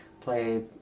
play